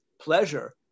pleasure